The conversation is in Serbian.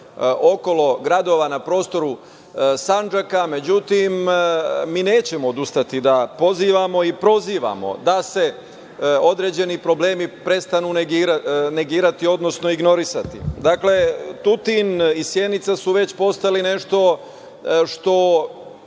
okolo gradova na prostoru Sandžaka, međutim mi nećemo odustati da pozivamo i prozivamo da se određeni problemi prestanu negirati, odnosno ignorisati. Dakle, Tutin i Sjenica su već postali nešto što,